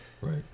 right